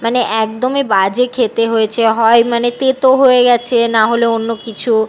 মানে একদমই বাজে খেতে হয়েছে হয় মানে তেঁতো হয়ে গেছে না হলে অন্য কিছু